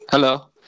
Hello